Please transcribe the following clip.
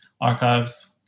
archives